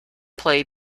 play